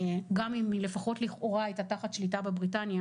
גם אם לפחות לכאורה היא הייתה תחת שליטה בבריטניה